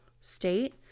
state